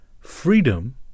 freedom